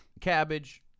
cabbage